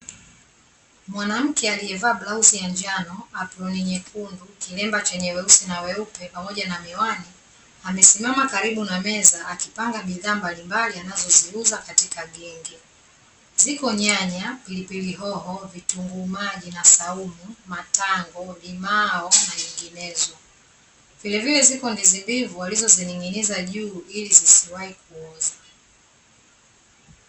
Mwanamke aliyevaa blauzi ya njano, aproni nyekundu, kilemba chenye weusi na weupe pamoja na miwani, amesimama karibu na meza akipanga bidhaa mbalimbali anazoziuza katika genge. Ziko nyanya, pilipili hoho, vitunguu maji, na saumu, matango, limao na nyinginezo. Vilevile ziko ndizi mbivu walizo zining'iniza juu ilisiwahi kuoza.